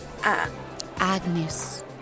Agnes